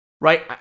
right